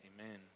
Amen